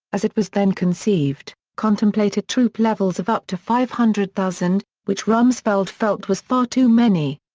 as it was then conceived, contemplated troop levels of up to five hundred thousand, which rumsfeld felt was far too many.